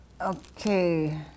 Okay